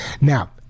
Now